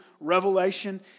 Revelation